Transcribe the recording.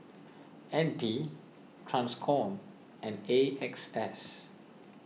N P Transcom and A X S